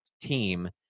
team